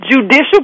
judicial